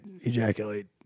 ejaculate